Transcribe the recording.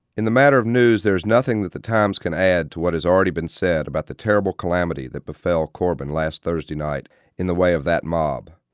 in the matter of news there is nothing that the times can add to what has already been said about the terrible calamity that befell corbin last thursday night in the way of that mob.